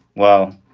well,